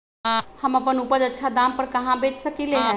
हम अपन उपज अच्छा दाम पर कहाँ बेच सकीले ह?